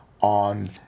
on